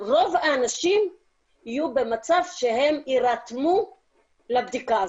רוב האנשים יהיו במצב שהם יירתמו לבדיקה הזאת.